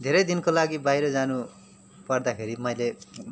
धेरै दिनको लागि बाहिर जानु पर्दाखेरि मैले